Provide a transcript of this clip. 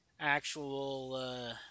actual